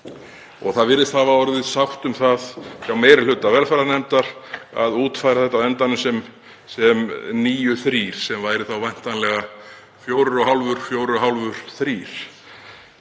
Það virðist hafa orðið sátt um það hjá hv. meiri hluta velferðarnefndar að útfæra þetta á endanum sem níu, þrír, sem væri þá væntanlega fjórir og hálfur, fjórir og hálfur, þrír.